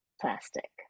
plastic